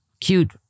cute